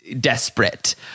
desperate